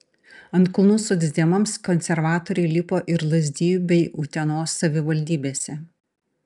ant kulnų socdemams konservatoriai lipo ir lazdijų bei utenos savivaldybėse